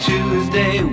Tuesday